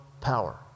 power